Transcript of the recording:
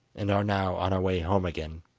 and are now on our way home again.